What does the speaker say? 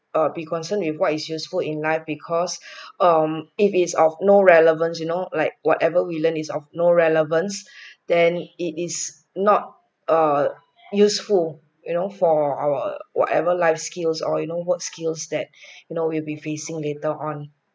err be concerned with what is useful in life because um if it's of no relevance you know like whatever we learn is of no relevance then it is not a useful you know for our whatever life skills or you know work skills that you know we'll be facing later on